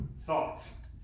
thoughts